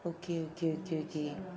okay okay okay okay